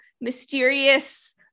mysterious